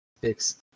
fix